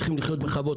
צריכים לחיות בכבוד.